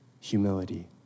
humility